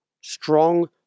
Strong